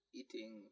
eating